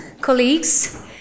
colleagues